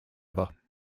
ever